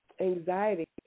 anxiety